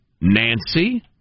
Nancy